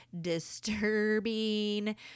disturbing